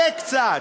תתאפק קצת.